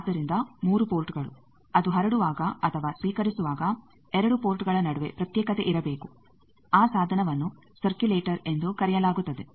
ಆದ್ದರಿಂದ 3 ಪೋರ್ಟ್ಗಳು ಅದು ಹರಡುವಾಗ ಅಥವಾ ಸ್ವೀಕರಿಸುವಾಗ 2 ಪೋರ್ಟ್ಗಳ ನಡುವೆ ಪ್ರತ್ಯೇಕತೆ ಇರಬೇಕು ಆ ಸಾಧನವನ್ನು ಸರ್ಕ್ಯುಲೇಟರ್ ಎಂದು ಕರೆಯಲಾಗುತ್ತದೆ